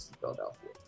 Philadelphia